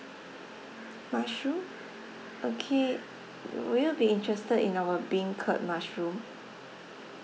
mushroom okay would you be interested in our beancurd mushroom